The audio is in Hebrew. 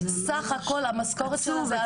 סך הכל המשכורת שלה.